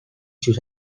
sus